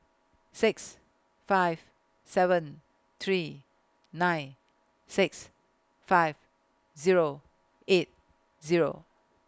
six five seven three nine six five Zero eight Zero